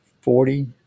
forty